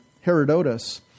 Herodotus